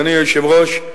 אדוני היושב-ראש,